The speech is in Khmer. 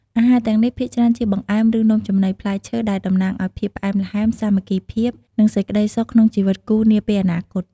អាហារទាំងនេះភាគច្រើនជាបង្អែម ឬនំចំណី ផ្លែឈើដែលតំណាងឲ្យភាពផ្អែមល្ហែម សាមគ្គីភាព និងសេចក្តីសុខក្នុងជីវិតគូរនាពេលអនាគត។